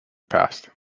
past